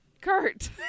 Kurt